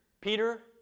Peter